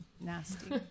Nasty